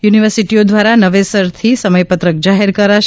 યુનિવર્સિટીઓ દ્વારા નવેસરથી સમયપત્રક જાહેર કરશે